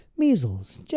Measles